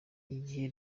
igihe